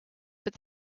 but